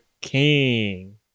king